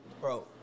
Bro